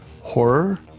horror